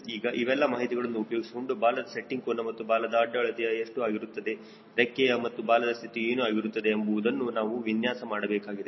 ಈಗ ಇವೆಲ್ಲ ಮಾಹಿತಿಗಳನ್ನು ಉಪಯೋಗಿಸಿಕೊಂಡು ಬಾಲದ ಸೆಟ್ಟಿಂಗ್ ಕೋನ ಮತ್ತು ಬಾಲದ ಅಡ್ಡ ಅಳತೆ ಎಷ್ಟು ಆಗಿರುತ್ತದೆ ರೆಕ್ಕೆಯ ಮತ್ತು ಬಾಲದ ಸ್ಥಿತಿ ಏನು ಆಗಿರುತ್ತದೆ ಎಂಬುವುದನ್ನು ನಾವು ವಿನ್ಯಾಸ ಮಾಡಬೇಕಾಗಿದೆ